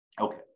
Okay